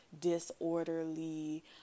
disorderly